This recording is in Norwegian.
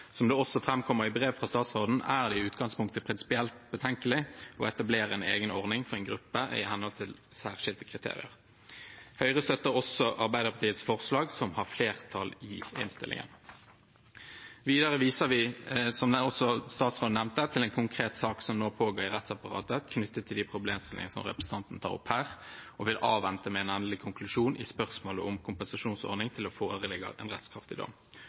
Som det også framkommer i brev fra statsråden, er det i utgangspunktet prinsipielt betenkelig å etablere en egen ordning for en gruppe i henhold til særskilte kriterier. Høyre støtter også Arbeiderpartiets forslag, som har flertall i innstillingen. Videre viser vi, som også statsråden nevnte, til en konkret sak som nå pågår i rettsapparatet knyttet til de problemstillingene representanten tar opp her, og vil avvente en endelig konklusjon i spørsmålet om kompensasjonsordning til det foreligger en rettskraftig dom. Høyre ønsker heller ikke å stemme for forslaget om å innføre en